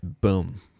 Boom